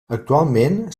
actualment